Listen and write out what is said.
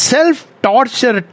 Self-torture